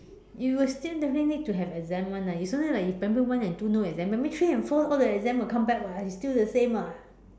you will still definitely need to have exams [one] lah it's only like primary one and two no exams primary three and four all the exams will come back [what] it's the same [what]